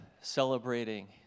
celebrating